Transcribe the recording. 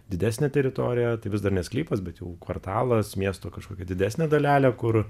didesnė teritorija vis dar ne sklypas bet jau kvartalas miesto kažkokia didesnė dalelė kur